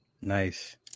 Nice